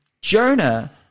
Jonah